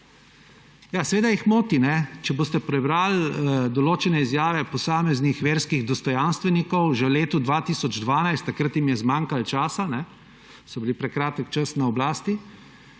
seveda jih moti. Če boste prebrali določene izjave posameznih verskih dostojanstvenikov že v letu 2012 – takrat jim je zmanjkal časa, so bili prekratek čas na oblasti.